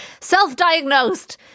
Self-diagnosed